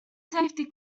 safety